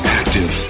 active